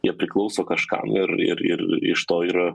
jie priklauso kažkam ir ir ir iš to ir